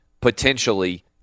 potentially